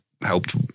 helped